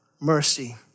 Mercy